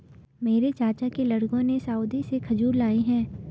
मेरे चाचा के लड़कों ने सऊदी से खजूर लाए हैं